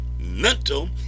mental